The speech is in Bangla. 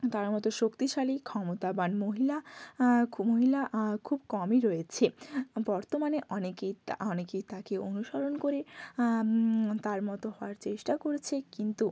তার মতো শক্তিশালী ক্ষমতাবান মহিলা খুব মহিলা খুব কমই রয়েছে বর্তমানে অনেকেই তা অনেকেই তাকে অনুসরণ করে তার মতো হওয়ার চেষ্টা করেছে কিন্তু